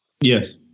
Yes